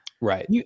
Right